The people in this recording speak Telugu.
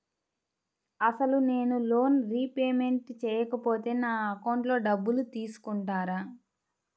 అసలు నేనూ లోన్ రిపేమెంట్ చేయకపోతే నా అకౌంట్లో డబ్బులు తీసుకుంటారా?